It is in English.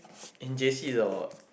in J_C that was